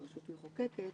כן, אדוני היושב-ראש,